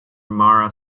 mara